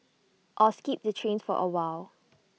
or skip the train for awhile